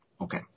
Okay